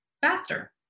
faster